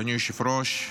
אדוני היושב-ראש,